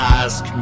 ask